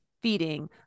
feeding